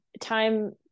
Time